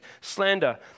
slander